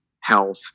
health